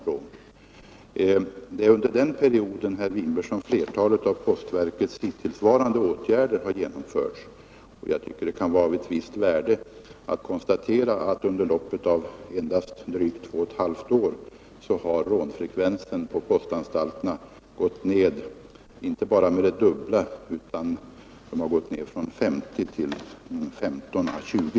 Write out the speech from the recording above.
Det är under denna period, herr Winberg, som flertalet av postverkets hittills vidtagna åtgärder har genomförts. Jag tycker det kan vara av ett visst värde att konstatera att under loppet av endast drygt två och ett halvt år har rånfrekvensen på postanstalterna gått ned inte bara till hälften utan från 50 rån till 15 å 20.